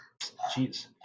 jeez